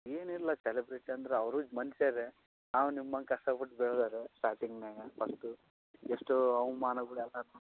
ಏನಿಲ್ಲ ಸೆಲೆಬ್ರೆಟಿ ಅಂದ್ರೆ ಅವರು ಮನುಷ್ಯರೆ ನಾವೂ ನಿಮ್ಮಂಗೆ ಕಷ್ಟಪಟ್ಟು ಬೆಳೆದೋರು ಸ್ಟಾರ್ಟಿಂಗಿನ್ಯಾಗ ಫಸ್ಟು ಎಷ್ಟೋ ಅವಮಾನಗಳೆಲ್ಲವೂ